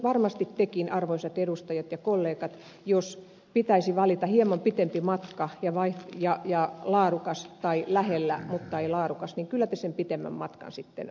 varmasti tekin arvoisat edustajat ja kollegat jos pitäisi valita hieman pitempi matka ja laadukas hoito tai lähellä mutta ei laadukas kyllä te sen pitemmän matkan valitsette